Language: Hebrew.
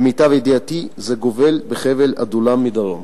למיטב ידיעתי, זה גובל בחבל עדולם מדרום.